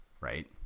right